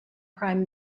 prime